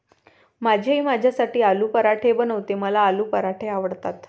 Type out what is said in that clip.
माझी आई माझ्यासाठी आलू पराठे बनवते, मला आलू पराठे आवडतात